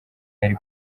yari